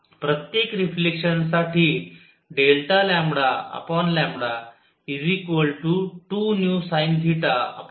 प्रत्येक रिफ्लेक्शन साठीΔλ 2vsinθc